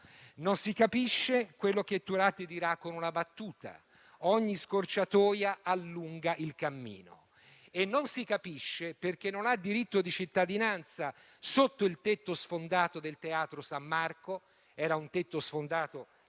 Non si capisce quello che Turati dirà con una battuta: ogni scorciatoia allunga il cammino. E non si capisce, perché non ha diritto di cittadinanza sotto il tetto sfondato del teatro San Marco (era un tetto sfondato